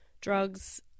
drugs